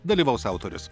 dalyvaus autorius